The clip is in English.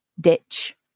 ditch